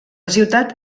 ciutat